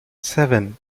seven